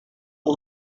ngo